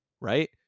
Right